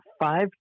five